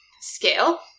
scale